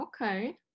Okay